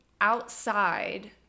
outside